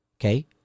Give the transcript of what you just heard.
Okay